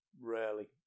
rarely